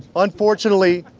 unfortunately.